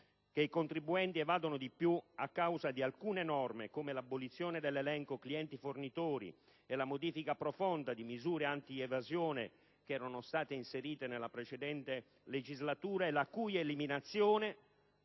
che i contribuenti evadano di più a causa di alcune norme, come l'abolizione dell'elenco clienti-fornitori e la modifica profonda di misure antievasione introdotte nella passata legislatura e la cui eliminazione,